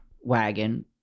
wagon